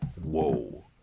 whoa